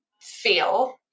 feel